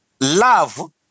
love